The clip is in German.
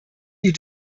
die